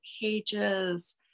cages